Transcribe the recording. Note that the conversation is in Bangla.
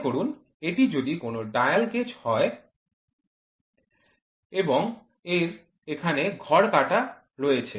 মনে করুন এটি যদি কোনও ডায়াল গেজ হয় এবং তার এখানে ঘর কাটা রয়েছে